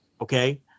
okay